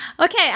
Okay